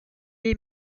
est